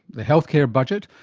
the health care budget,